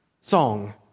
song